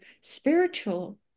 spiritual